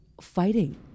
fighting